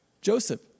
Joseph